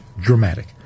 dramatic